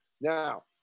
Now